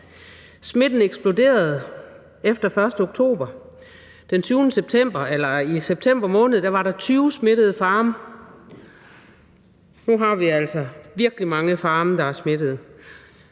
Smitten eksploderede efter den 1. oktober. I september måned var der 20 smittede farme. Nu har vi altså virkelig mange farme, der er smittede.